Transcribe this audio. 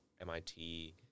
MIT